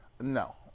No